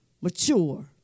mature